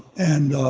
and